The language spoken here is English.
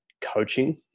coaching